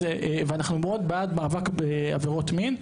ואנחנו מאוד בעד מאבק בעבירות מין.